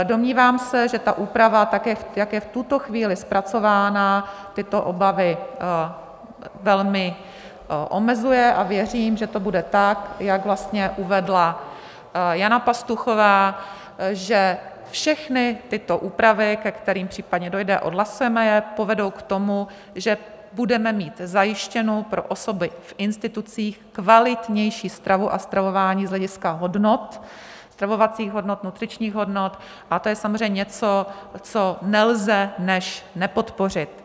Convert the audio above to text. Domnívám se, že ta úprava tak, jak je v tuto chvíli zpracována, tyto obavy velmi omezuje, a věřím, že to bude tak, jak uvedla Jana Pastuchová, že všechny tyto úpravy, ke kterým případně dojde, odhlasujeme je, povedou k tomu, že budeme mít zajištěnu pro osoby z institucí kvalitnější stravu a stravování z hlediska hodnot, stravovacích hodnot, nutričních hodnot, a to je samozřejmě něco, co nelze než nepodpořit.